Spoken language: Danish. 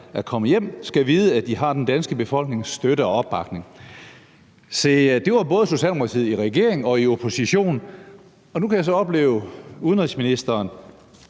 at komme hjem, skal vide, at de har den danske befolknings støtte og opbakning. Se, det var Socialdemokratiet både i regering og i opposition, og nu kan jeg så opleve udenrigsministeren